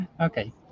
Okay